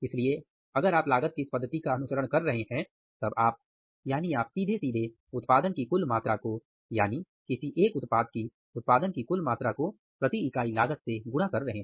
इसलिए अगर आप लागत की इस पद्धति का अनुसरण कर रहे हैं तब आप यानी आप सीधे सीधे उत्पादन की कुल मात्रा को यानि किसी एक उत्पाद की उत्पादन की कुल मात्रा को प्रति इकाई लागत से गुणा कर रहे हैं